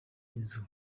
inzu